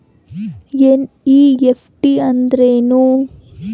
NEFT ಅಂದ್ರೆನು?